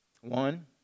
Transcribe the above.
One